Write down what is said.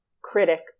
critic